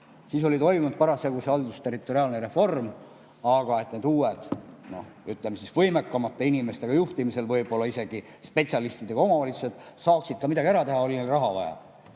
Siis oli toimunud parasjagu haldusterritoriaalne reform ja et need uued, ütleme siis, võimekamate inimeste juhitavad, võib-olla isegi spetsialistidega omavalitsused saaksid ka midagi ära teha, oli neil raha vaja.